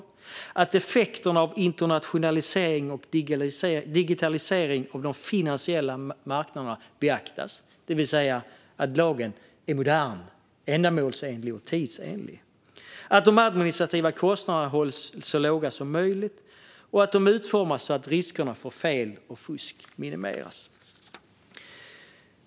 Det handlade om att effekterna av internationalisering och digitalisering på de finansiella marknaderna ska beaktas, det vill säga att lagen är modern, ändamålsenlig och tidsenlig. Det handlade om att de administrativa kostnaderna hålls så låga som möjligt. Och det handlade om att den utformas så att riskerna för fel och fusk minimeras.